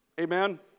Amen